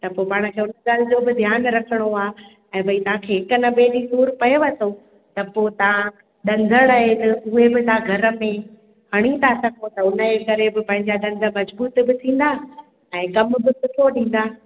त पोइ पाण खे उन ॻाल्हि जो बि ध्यानु रखणो आहे ऐं भई तव्हांखे हिक न ॿिए ॾींहुं सूरु पएव थो त पोइ तव्हां डंदड़ ऐं उहे बि तव्हां घर में हणी था सघो त उन जे करे पोइ पंहिंजा डंद मजबूत बि थींदा ऐं गब बि सुठो ॾींदा